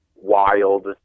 wild